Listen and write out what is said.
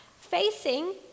facing